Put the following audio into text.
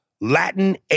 Latin